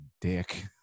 dick